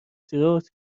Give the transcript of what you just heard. تروت